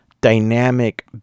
dynamic